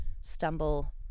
stumble